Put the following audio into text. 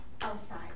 outside